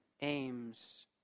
aims